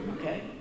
okay